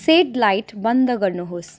shed light बन्द गर्नुहोस्